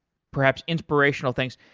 perhaps inspirational things.